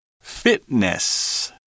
Fitness